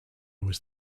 was